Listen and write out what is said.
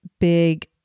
big